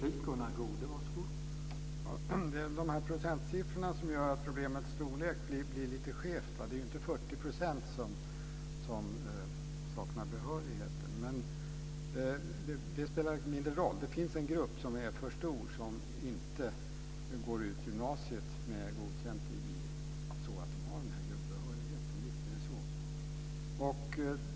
Herr talman! Det är procentsiffrorna som gör att problemets storlek blir lite skev. Det är inte 40 % som saknar behörighet. Men det spelar mindre roll. Det finns en grupp som är för stor som inte går ut gymnasiet med godkänt i olika ämnen så att de har grundbehörigheten. Visst är det så.